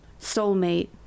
soulmate